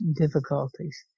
difficulties